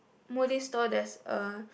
smoothie store there's a